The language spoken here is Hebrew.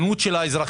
באיתנות של האזרחים,